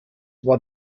war